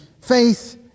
faith